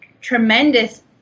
tremendous